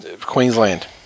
Queensland